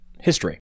history